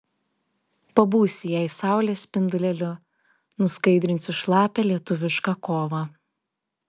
pabūsiu jai saulės spindulėliu nuskaidrinsiu šlapią lietuvišką kovą